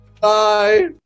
Bye